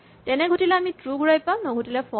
তেনে ঘটিলে আমি ট্ৰো ঘূৰাম নঘটিলে ফল্চ